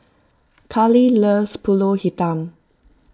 Kahlil loves Pulut Hitam